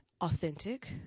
authentic